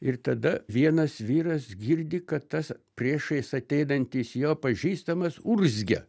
ir tada vienas vyras girdi kad tas priešais ateinantis jo pažįstamas urzgia